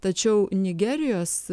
tačiau nigerijos